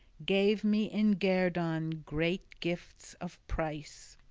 gave me in guerdon great gifts of price.